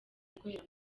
ikorera